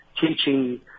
teaching